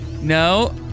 No